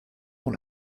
dans